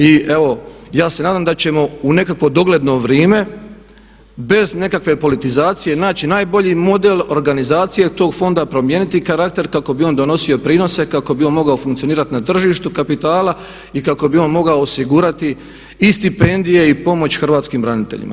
I evo ja se nadam da ćemo u nekakvo dogledno vrijeme bez nekakve politizacije naći najbolji model organizacije tog fonda, promijeniti karakter kako bi on donosio prinose, kako bi on mogao funkcionirati na tržištu kapitala i kako bi on mogao osigurati i stipendije i pomoć hrvatskim braniteljima.